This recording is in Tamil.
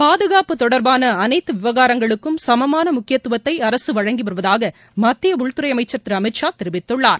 பாதுகாப்பு தொடர்பான அனைத்து விவகாரங்களுக்கும் சமமான முக்கியத்துவத்தை அரசு வழங்கி வருவதாக மத்திய உள்துறை அமைச்சர் திரு அமித் ஷா தெரிவித்துள்ளார்